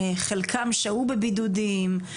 חלקם שהו בבידודים,